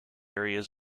areas